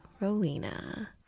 Rowena